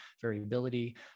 variability